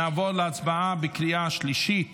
נעבור להצבעה בקריאה השלישית